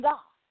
God